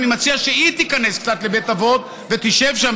אני מציע שהיא תיכנס קצת לבית אבות ותשב שם,